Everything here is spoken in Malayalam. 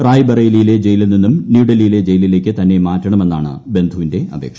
റായ്ബറേലിയിലെ ജയിലിൽ നിന്നും ന്യൂഡൽഹിയിലെ ജയിലിലേക്ക് തന്നെ മാറ്റണമെന്നാണ് ബന്ധുവിന്റെ അപേക്ഷ